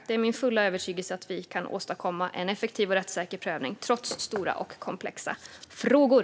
Det är min fulla övertygelse att vi kan åstadkomma en effektiv och rättssäker prövning, trots stora och komplexa frågor.